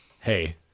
Hey